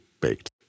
baked